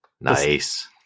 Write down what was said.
nice